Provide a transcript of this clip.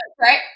Right